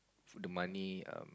money um